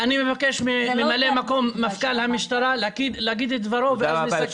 אני מבקש את ממלא מקום מפכ"ל המשטרה להגיד את דברו ואז נסכם את הדיון.